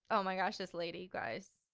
oh my gosh this lady, guys,